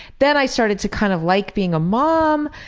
then i started to kind of like being a mom,